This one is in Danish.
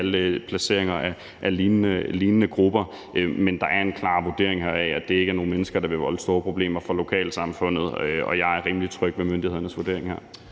alle placeringer af lignende grupper, men der er en klar vurdering af, at det ikke er nogle mennesker, der vil volde store problemer for lokalsamfundet – og jeg er rimelig tryg ved myndighedernes vurdering her.